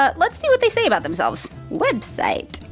ah let's see what they say about themselves. website.